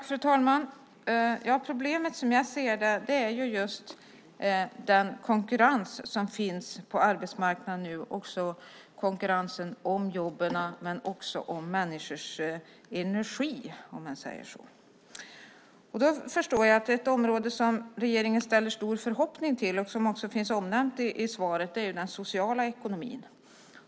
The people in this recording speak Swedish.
Fru talman! Problemet är som jag ser det den konkurrens som finns på arbetsmarknaden, konkurrensen om jobben men också om människors energi, om man säger så. Jag förstår att det område som regeringen sätter en stor förhoppning till och som finns omnämnt i svaret är den sociala ekonomin.